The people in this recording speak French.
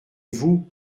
vous